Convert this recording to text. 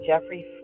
jeffrey